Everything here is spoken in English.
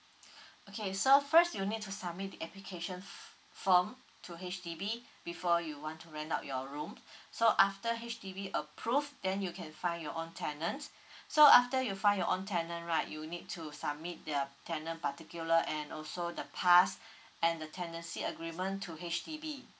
okay so first you need to submit the application f~ form to H_D_B before you want to rent out your room so after H_D_B approve then you can find your own tenants so after you find your own tenant right you need to submit their tenant particular and also the pass and the tenancy agreement to H_D_B